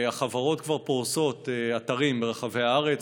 והחברות כבר פורסות אתרים ברחבי הארץ.